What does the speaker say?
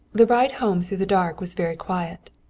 the ride home through the dark was very quiet.